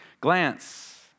glance